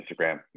Instagram